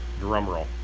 Drumroll